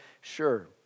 sure